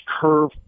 curve